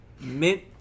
Mint